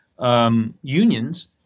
unions